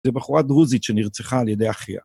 זו בחורה דרוזית שנרצחה על ידי אחיה.